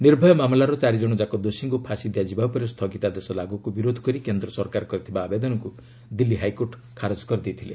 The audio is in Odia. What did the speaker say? ନିର୍ଭୟା ମାମଲାର ଚାରି ଜଣଯାକ ଦୋଷୀଙ୍କୁ ଫାଶି ଦିଆଯିବା ଉପରେ ସ୍ଥଗିତାଦେଶ ଲାଗୁକୁ ବିରୋଧ କରି କେନ୍ଦ୍ର ସରକାର କରିଥିବା ଆବେଦନକୁ ଦିଲ୍ଲୀ ହାଇକୋର୍ଟ ଖାରଜ କରିଦେଇଥିଲେ